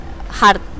hard